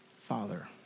Father